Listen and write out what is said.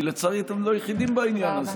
כי לצערי אתם לא יחידים בעניין הזה.